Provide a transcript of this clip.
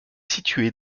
situé